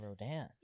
Rodan